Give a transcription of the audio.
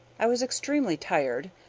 i was extremely tired,